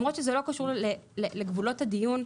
למרות שזה לא קשור לגבולות הדיון,